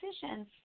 decisions